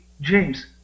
james